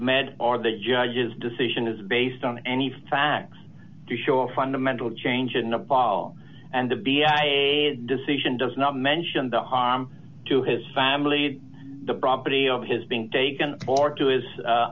meant are the judge's decision is based on any facts to show a fundamental change in nepal and to be a decision does not mention the harm to his family the property of his being taken or to his